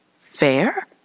Fair